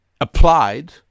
applied